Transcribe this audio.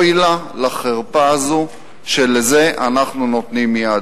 אוי לה לחרפה הזו שלזה אנחנו נותנים יד.